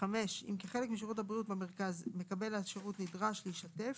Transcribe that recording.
(5)אם כחלק משירות הבריאות במרכז מקבל השירות נדרש להישטף,